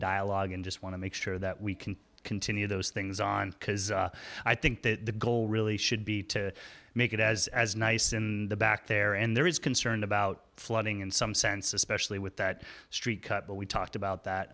dialogue and just want to make sure that we can continue those things on because i think that the goal really should be to make it as as nice in the back there and there is concerned about flooding in some sense especially with that street cut but we talked about